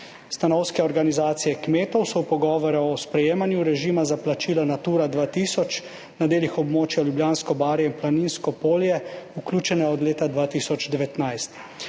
Stanovske organizacije kmetov so v pogovore o sprejemanju režima za plačila Natura 2000 na delih območja Ljubljansko barje in Planinsko polje vključene od leta 2019.